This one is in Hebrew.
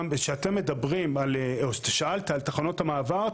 כשאתם מדברים, שאלת על תחנות המעבר.